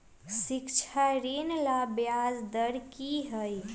शिक्षा ऋण ला ब्याज दर कि हई?